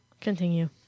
Continue